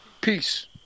Peace